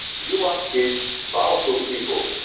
you must give powerful people,